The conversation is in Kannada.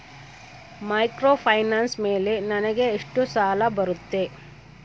ಮೈಕ್ರೋಫೈನಾನ್ಸ್ ಮೇಲೆ ನನಗೆ ಎಷ್ಟು ಸಾಲ ಬರುತ್ತೆ?